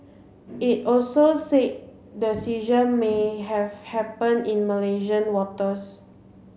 it also said the seizure may have happened in Malaysian waters